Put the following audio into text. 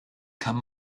kann